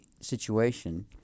situation